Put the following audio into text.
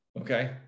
Okay